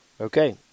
Okay